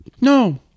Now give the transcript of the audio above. No